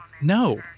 No